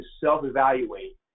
self-evaluate